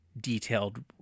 detailed